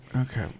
okay